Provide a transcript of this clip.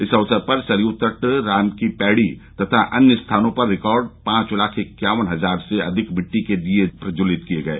इस अवसर पर सरयू तट राम की पैड़ी तथा अन्य स्थानों पर रिकार्ड पांच लाख इक्यावन हजार से अधिक मिट्टी के दीये प्रज्वलित किये गये